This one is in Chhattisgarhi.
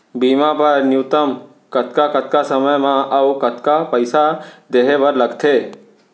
बीमा बर न्यूनतम कतका कतका समय मा अऊ कतका पइसा देहे बर लगथे